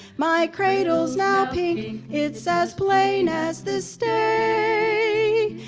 my cradle's now pink, it's as plain as this day,